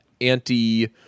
anti